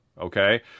okay